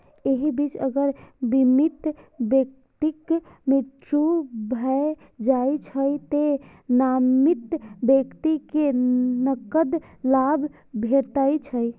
एहि बीच अगर बीमित व्यक्तिक मृत्यु भए जाइ छै, तें नामित व्यक्ति कें नकद लाभ भेटै छै